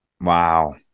wow